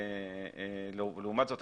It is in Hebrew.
לעומת זאת,